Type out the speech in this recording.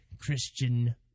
Christian